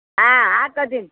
ಆಂ ಹಾಕ್ಕೋತೀನ್